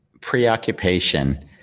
preoccupation